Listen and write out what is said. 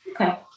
okay